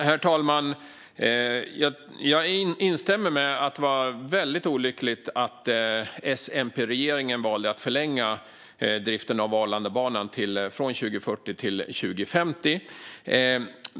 Herr talman! Jag instämmer i att det var väldigt olyckligt att S-MP-regeringen valde att förlänga driften av Arlandabanan från 2040 till 2050.